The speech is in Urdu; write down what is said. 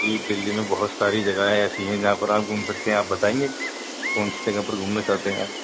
جی دلی میں بہت ساری جگہیں ایسی ہیں جہاں پر آپ گھوم سکتے ہیں آپ بتائیں گے کون سی جگہ پر گھومنا چاہتے ہیں آپ